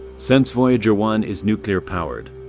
since voyager one is nuclear powered,